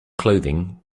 clothing